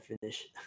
finish